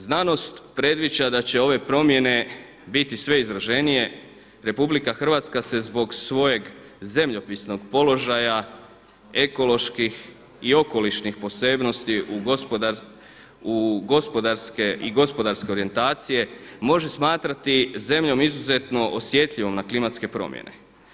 Znanost predviđa da će ove promjene biti sve izraženije, RH se zbog svojeg zemljopisnog položaja, ekoloških i okolišnih posebnosti u gospodarske i gospodarske orijentacije može smatrati zemljom izuzetno osjetljivom na klimatske promjene.